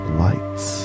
lights